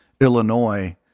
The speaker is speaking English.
Illinois